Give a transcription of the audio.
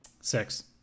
six